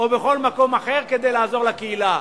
או בכל מקום אחר כדי לעזור לקהילה.